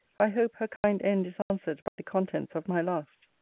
i hope her kind end is answered by the contents of my last.